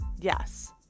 Yes